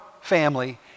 family